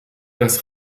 dass